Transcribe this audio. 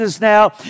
Now